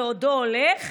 בעודו הולך,